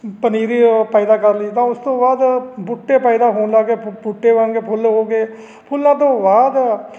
ਪਨੀਰੀ ਪੈਦਾ ਕਰ ਲਈ ਤਾਂ ਉਸ ਤੋਂ ਬਾਅਦ ਬੂਟੇ ਪੈਦਾ ਹੋਣ ਲੱਗ ਗਏ ਬੂਟੇ ਬਣ ਗਏ ਫੁੱਲ ਹੋ ਗਏ ਫੁੱਲਾਂ ਤੋਂ ਬਾਅਦ